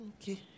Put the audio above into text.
Okay